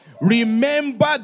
Remember